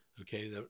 Okay